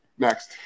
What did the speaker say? next